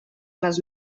les